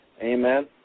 Amen